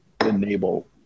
enable